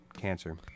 cancer